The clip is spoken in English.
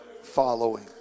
following